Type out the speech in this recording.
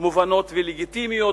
מובנות ולגיטימיות,